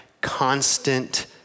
constant